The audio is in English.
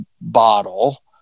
bottle